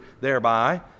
thereby